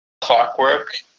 clockwork